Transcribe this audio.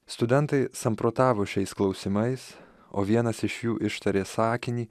studentai samprotavo šiais klausimais o vienas iš jų ištarė sakinį